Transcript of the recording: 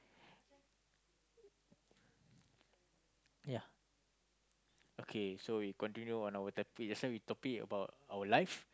ya okay so we continue on our topic just now we talking about our life